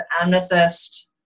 amethyst